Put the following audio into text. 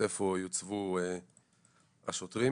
איפה יוצבו השוטרים.